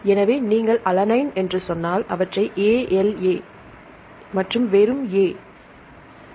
எனவே நீங்கள் அலனைன் என்று சொன்னால் அவற்றை 'ala' A L A மற்றும் வெறும் A